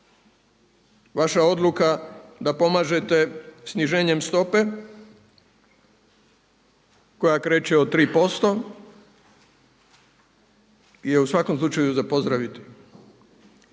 vaša odluka da pomažete sniženjem stope koja kreće od 3% je u svakom slučaju za pozdraviti.